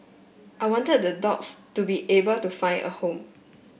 I wanted the dogs to be able to find a home